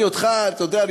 אתה יודע,